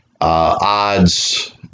Odds